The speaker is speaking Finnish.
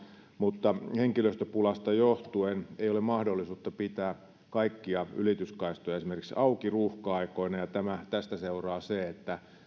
mutta henkilöstöpulasta johtuen ei ole mahdollisuutta pitää kaikkia ylityskaistoja auki ruuhka aikoina tästä seuraa se että rajalla